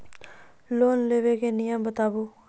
Loan लेबे के नियम बताबू?